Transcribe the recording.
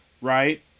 right